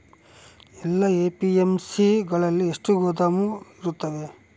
ಎಲ್ಲಾ ಎ.ಪಿ.ಎಮ್.ಸಿ ಗಳಲ್ಲಿ ಎಷ್ಟು ಗೋದಾಮು ಇರುತ್ತವೆ?